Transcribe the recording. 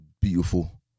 beautiful